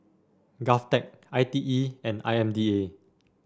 Govtech I T E and I M D A